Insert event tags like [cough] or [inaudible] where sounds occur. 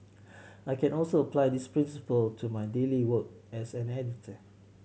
[noise] I can also apply this principle to my daily work as an editor